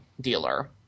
dealer